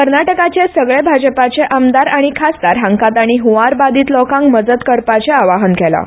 कर्नाटकाचे सगले भाजपाचे आमदार आनी खासदार हांकां तांणी हंवार बादीत लोकांक मजत करपाचें आवाहन केलां